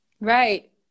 right